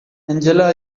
angela